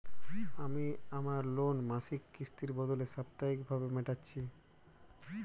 আমি আমার লোন মাসিক কিস্তির বদলে সাপ্তাহিক ভাবে মেটাচ্ছি